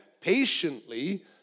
patiently